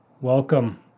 Welcome